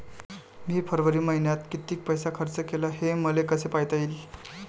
मी फरवरी मईन्यात कितीक पैसा खर्च केला, हे मले कसे पायता येईल?